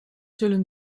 zullen